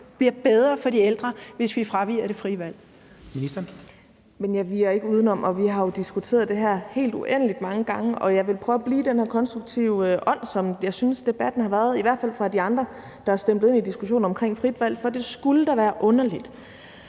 12:18 Social- og ældreministeren (Astrid Krag): Men jeg viger ikke udenom, og vi har jo diskuteret det her helt uendelig mange gange. Og jeg vil prøve at blive i den konstruktive ånd, som jeg synes debatten har været i, i hvert fald fra de andre, der har stemplet ind i diskussionen om frit valg. For det skulle da være underligt,